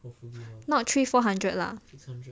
not three four hundred lah